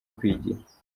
kwigira